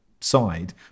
side